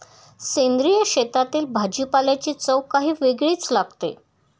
सेंद्रिय शेतातील भाजीपाल्याची चव काही वेगळीच लागते